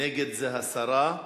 נגד, הסרה,